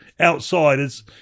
outsiders